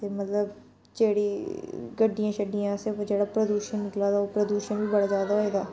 ते मतलब जेह्ड़ी गड्डियां शड्डियां असें बी जेह्ड़ा प्रदूशन निकला दा ओह् प्रदूशन बी बड़ा ज्यादा होई गेदा